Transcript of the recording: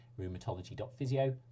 rheumatology.physio